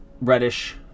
reddish